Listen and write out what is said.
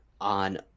on